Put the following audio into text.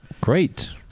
Great